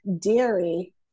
dairy